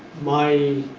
my